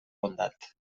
bondat